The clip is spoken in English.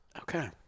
Okay